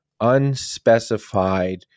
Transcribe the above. unspecified